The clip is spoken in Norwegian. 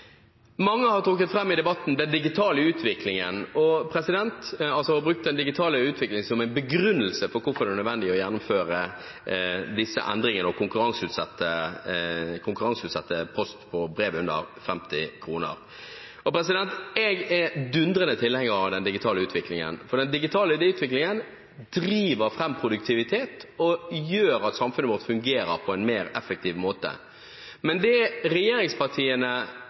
Mange har i debatten trukket fram den digitale utviklingen og har brukt den digitale utviklingen som en begrunnelse for hvorfor det er nødvendig å gjennomføre disse endringene og konkurranseutsette distribusjon av pakker og brev under 50 gram. Jeg er dundrende tilhenger av den digitale utviklingen, for den digitale utviklingen driver fram produktivitet og gjør at samfunnet vårt fungerer på en mer effektiv måte. Men det regjeringspartiene,